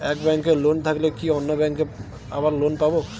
এক ব্যাঙ্কে লোন থাকলে কি অন্য ব্যাঙ্কে আবার লোন পাব?